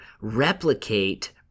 replicate